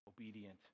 obedient